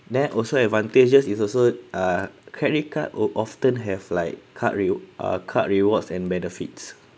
then also advantages is also uh credit card will often have like card re~ ah card rewards and benefits